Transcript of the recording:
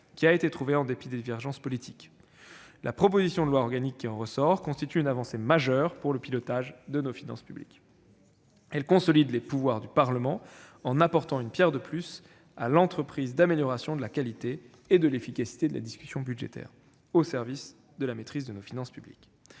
qui a été trouvé en dépit des divergences politiques. La proposition de loi organique qui en ressort constitue une avancée majeure pour le pilotage de nos finances publiques. Elle consolide les pouvoirs du Parlement en apportant une pierre supplémentaire à l'entreprise d'amélioration de la qualité et de l'efficacité de la discussion budgétaire, au service de la maîtrise de nos finances publiques.